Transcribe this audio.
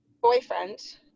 boyfriend